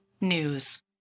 news